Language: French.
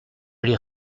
les